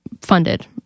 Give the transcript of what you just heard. funded